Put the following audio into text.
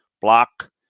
block